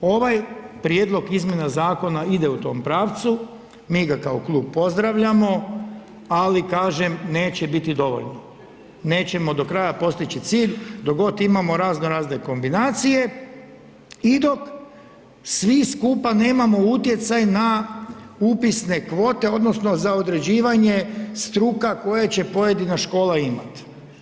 Ovaj prijedlog izmjena zakona ide u tom pravcu, mi ga kao klub pozdravljamo, ali kažem neće biti dovoljno, nećemo do kraja postići cilj dok god imamo raznorazne kombinacije i dok svi skupa nemamo utjecaj na upisne kvote odnosno za određivanje struka koje će pojedina škola imati.